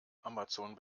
amazon